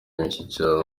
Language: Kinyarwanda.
imishyikirano